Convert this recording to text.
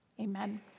Amen